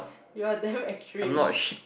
you're damn extreme